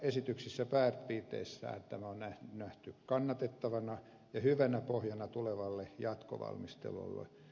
esityksissä pääpiirteissään tämä on nähty kannatettavana ja hyvänä pohjana tulevalle jatkovalmistelulle